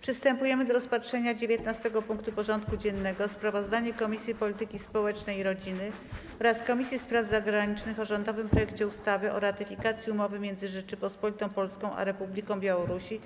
Przystępujemy do rozpatrzenia punktu 19. porządku dziennego: Sprawozdanie Komisji Polityki Społecznej i Rodziny oraz Komisji Spraw Zagranicznych o rządowym projekcie ustawy o ratyfikacji Umowy między Rzecząpospolitą Polską a Republiką Białorusi